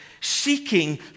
seeking